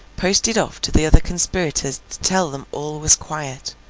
posted off to the other conspirators to tell them all was quiet,